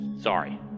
Sorry